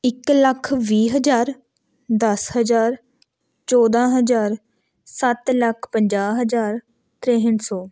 ਇੱਕ ਲੱਖ ਵੀਹ ਹਜ਼ਾਰ ਦਸ ਹਜ਼ਾਰ ਚੌਦਾਂ ਹਜ਼ਾਰ ਸੱਤ ਲੱਖ ਪੰਜਾਹ ਹਜ਼ਾਰ ਤ੍ਰੇਹਠ ਸੌ